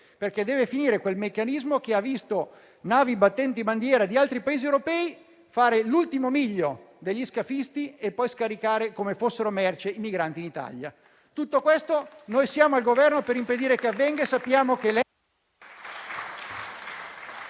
perché deve finire quel meccanismo che ha visto navi battenti bandiera di altri Paesi europei fare l'ultimo miglio degli scafisti e poi scaricare, come fossero merce, i migranti in Italia. Noi siamo al Governo per impedire che tutto questo avvenga e sappiamo che...